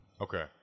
Okay